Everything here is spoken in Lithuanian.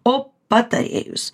o patarėjus